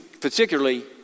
particularly